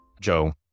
joe